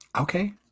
Okay